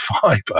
fiber